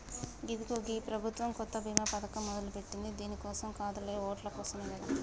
ఇదిగో గీ ప్రభుత్వం కొత్త బీమా పథకం మొదలెట్టింది దీని కోసం కాదులే ఓట్ల కోసమే కదా